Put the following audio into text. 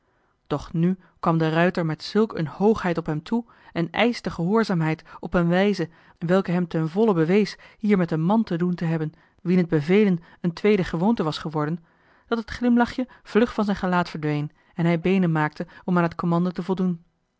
doch nu kwam de ruijter met zulk een hoogheid op hem toe en eischte gehoorzaamheid op een wijze welke hem ten volle bewees hier met een man te doen te hebben wien het bevelen een tweede gewoonte was geworden dat het glimlachje vlug van joh h been paddeltje de scheepsjongen van michiel de ruijter zijn gelaat verdween en hij beenen maakte om aan het commando te voldoen